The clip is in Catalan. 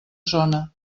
zona